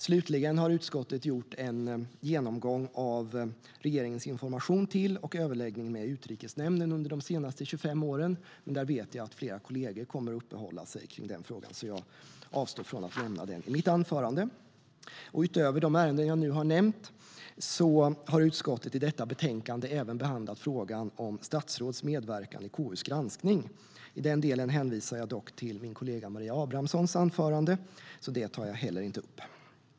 Slutligen har utskottet gjort en genomgång av regeringens information till och överläggning med Utrikesnämnden under de senaste 25 åren. Jag vet att flera kollegor kommer att uppehålla sig vid den frågan, så jag avstår från att ta upp den i mitt anförande. Utöver de ärenden jag nu har nämnt har utskottet i detta betänkande även behandlat frågan om statsråds medverkan i KU:s granskning. I den delen hänvisar jag dock till min kollega Maria Abrahamssons anförande.